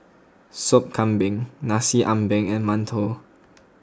Sop Kambing Nasi Ambeng and Mantou